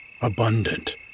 abundant